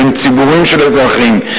בין ציבורים של אזרחים,